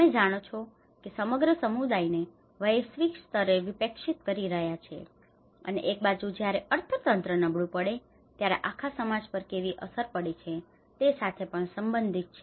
તમે જાણો છો કે સમગ્ર સમુદાયને વૈશ્વિક સ્તરે વિક્ષેપિત કરી રહ્યા છે અને એક બાજુ જયારે અર્થતંત્ર નબળું પડે ત્યારે આખા સમાજ પર કેવી અસર પડે છે તે સાથે પણ સંબંધિત છે